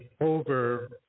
over